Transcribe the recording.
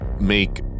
make